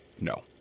no